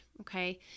okay